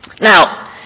Now